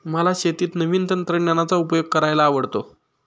मला शेतीत नवीन तंत्रज्ञानाचा उपयोग करायला आवडतो